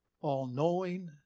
All-knowing